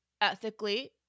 Ethically